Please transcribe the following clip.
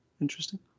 interesting